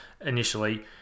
initially